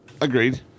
Agreed